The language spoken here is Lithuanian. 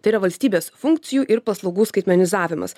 tai yra valstybės funkcijų ir paslaugų skaitmenizavimas